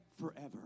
forever